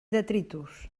detritus